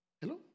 Hello